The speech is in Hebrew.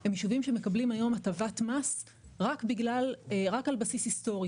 הם ישובים שמקבלים היום הטבת מס רק על בסיס היסטורי.